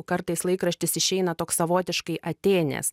kartais laikraštis išeina toks savotiškai atėnės